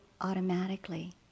automatically